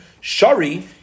Shari